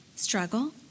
Struggle